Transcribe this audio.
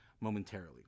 momentarily